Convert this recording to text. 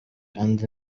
kandi